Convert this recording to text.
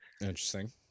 interesting